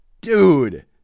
dude